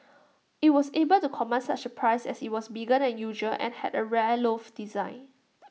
IT was able to command such A price as IT was bigger than usual and had A rare loft design